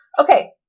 okay